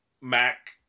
Mac